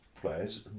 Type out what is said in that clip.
players